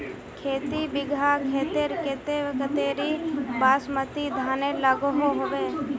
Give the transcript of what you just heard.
खेती बिगहा खेतेर केते कतेरी बासमती धानेर लागोहो होबे?